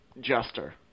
jester